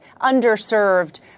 underserved